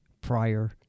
prior